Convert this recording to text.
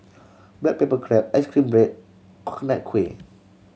black pepper crab ice cream bread Coconut Kuih